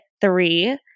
three